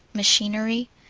machinery.